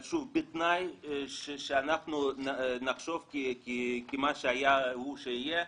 אבל, שוב, אם אנחנו נחשוב שמה שהיה הוא שיהיה,